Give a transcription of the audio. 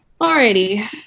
Alrighty